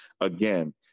again